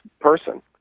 person